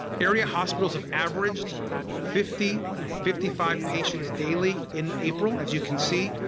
area hospitals have averaged fifty fifty five patients daily in april as you can see.